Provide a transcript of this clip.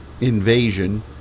invasion